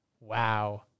Wow